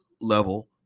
level